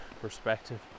perspective